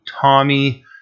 Tommy